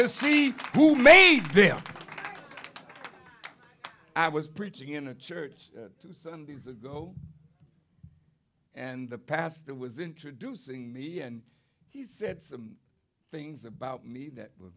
to see who made them i was preaching in a church two sundays ago and the pastor was introducing me and he said some things about me that were